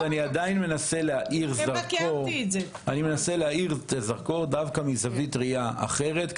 אני מנסה להאיר זרקור דווקא מזווית ראייה אחרת,